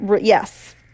yes